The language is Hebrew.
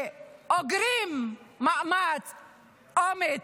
ואוזרים אומץ,